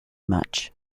much